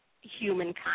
humankind